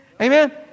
Amen